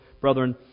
brethren